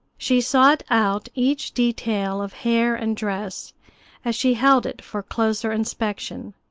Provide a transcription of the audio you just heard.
she sought out each detail of hair and dress as she held it for closer inspection,